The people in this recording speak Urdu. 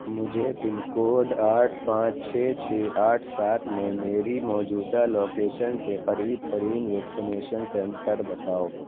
مجھے پن کوڈ آٹھ پانچ چھ چھ آٹھ سات میں میری موجودہ لوکیشن سے قریب ترین ویکسینیشن سنٹر بتاؤ